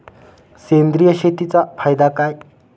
सेंद्रिय शेतीचा फायदा काय?